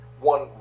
one